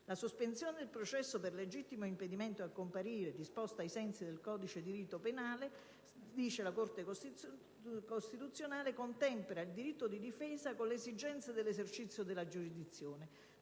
La sospensione del processo per legittimo impedimento a comparire disposta ai sensi del codice di rito penale contempera il diritto di difesa con le esigenze dell'esercizio della giurisdizione,